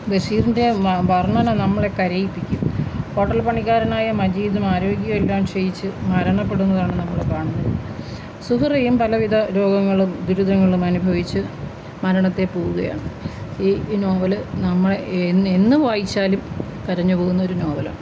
ബഷീറിന്റെ വർണ്ണന നമ്മളെ കരയിപ്പിക്കും ഹോട്ടൽ പണിക്കാരനായ മജീദും ആരോഗ്യമെല്ലാം ക്ഷയിച്ച് മരണപ്പെടുന്നതാണ് നമ്മള് കാണുന്നത് സുഹറയും പലവിധ രോഗങ്ങളും ദുരിതങ്ങളും അനുഭവിച്ച് മരണത്തെ പൂവുകയാണ് ഈ നോവല് നമ്മൾ എന്ന് വായിച്ചാലും കരഞ്ഞു പോകുന്ന ഒരു നോവലാണ്